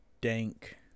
dank